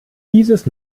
dieses